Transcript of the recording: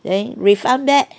then refund back